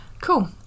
Cool